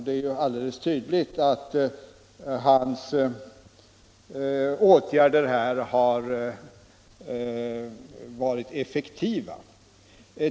Det är alldeles tydligt att hans åtgärder har varit effektiva.